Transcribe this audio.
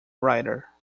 writer